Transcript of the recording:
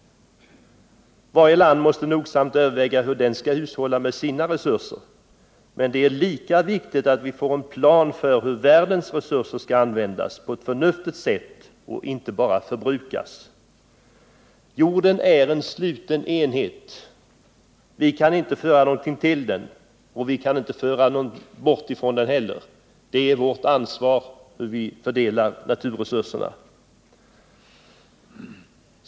Varje land måste nogsamt överväga hur det skall hushålla med sina resurser, men det är lika viktigt att vi får en plan för hur världens resurser skall användas på ett förnuftigt sätt och inte bara förbrukas. Jorden är en sluten enhet. Vi kan inte föra någonting till den — vi kan inte föra någonting bort ifrån den heller. Det är vårt ansvar hur vi fördelar naturresurserna.